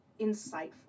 insightful